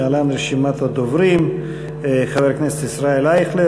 להלן רשימת הדוברים: חבר הכנסת ישראל אייכלר,